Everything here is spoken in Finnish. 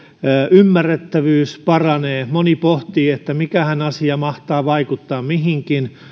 ymmärrettävyys paranee moni pohtii mikähän asia mahtaa vaikuttaa mihinkin ja